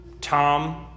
Tom